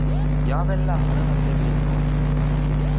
ಯಾವೆಲ್ಲ ಅರ್ಹತೆ ಬೇಕು?